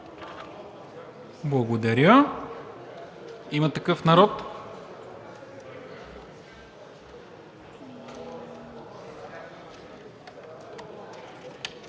Благодаря. „Има такъв народ“?